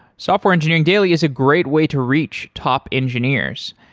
software engineering daily is a great way to reach top engineers.